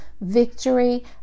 victory